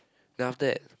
then after that